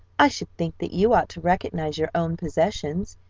i should think that you ought to recognize your own possessions.